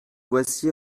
voici